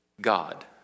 God